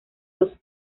dos